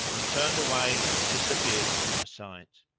and turned away and disappeared from my sight.